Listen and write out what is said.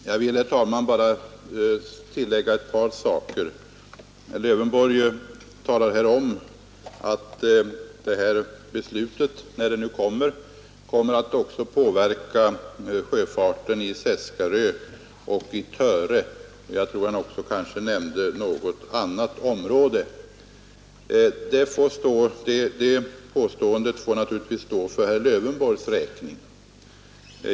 Herr talman! Jag vill bara tillägga ett par saker. Herr Lövenborg talar om att det här beslutet, när det fattas, kommer att påverka sjöfarten i Seskarö och Töre. Det påståendet får naturligtvis stå för herr Lövenborgs räkning.